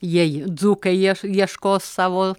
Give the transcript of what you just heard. jei dzūkai jie ieškos savo